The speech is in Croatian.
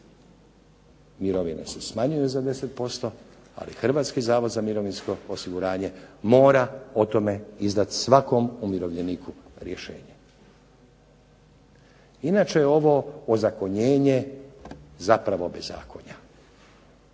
Mirovine se smanjuju za 10% ali Hrvatski zavod za mirovinsko osiguranje mora o tome izdati svakom umirovljeniku rješenje. Inače je ovo ozakonjenje zapravo bez zakona.